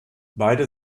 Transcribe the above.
beide